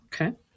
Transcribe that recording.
Okay